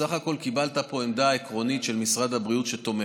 בסך הכול קיבלת פה עמדה עקרונית של משרד הבריאות שתומכת.